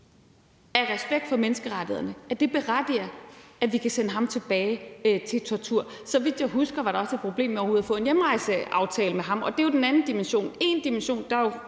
af respekt for menneskerettighederne ikke, at det berettiger, at vi kan sende ham tilbage til tortur. Så vidt jeg husker, var der også et problem med overhovedet at få en hjemrejseaftale for ham, og det er jo den anden dimension. Der er jo